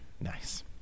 nice